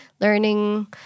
learning